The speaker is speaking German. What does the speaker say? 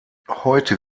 heute